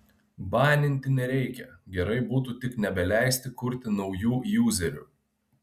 baninti nereikia gerai būtų tik nebeleisti kurti naujų juzerių